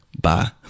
Bye